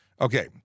Okay